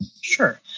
Sure